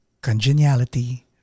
Congeniality